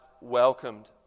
welcomed